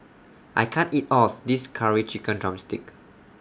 I can't eat All of This Curry Chicken Drumstick